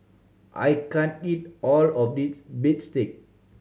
I can't eat all of this bistake